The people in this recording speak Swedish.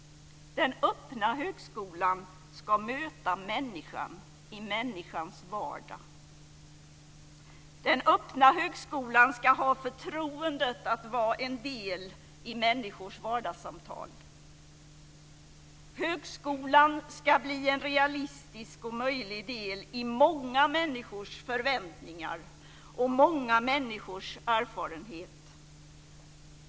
Den öppna högskolan ska möta människan i människans vardag. Den öppna högskolan ska ha förtroendet att vara en del i människors vardagssamtal. Högskolan ska bli en realistisk och möjlig del i många människors förväntningar och många människors erfarenhet.